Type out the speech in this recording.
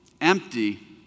empty